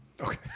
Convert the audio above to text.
Okay